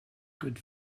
good